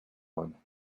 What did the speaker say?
one